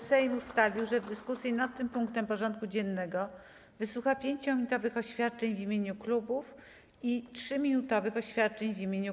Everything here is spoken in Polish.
Sejm ustalił, że w dyskusji nad tym punktem porządku dziennego wysłucha 5-minutowych oświadczeń w imieniu klubów i 3-minutowych oświadczeń w imieniu kół.